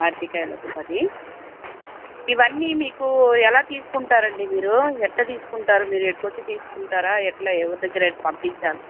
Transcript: అరటికాయలు ఒక పది ఇవన్నీ మీకు ఎలా తీసుకుంటారండీ మీరు ఎలా తీసుకుంటారు మీరు మీరు ఈడకొచ్చి తీసుకుంటారా ఎలా ఎవరి దగ్గరైనా పంపించాలా